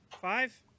Five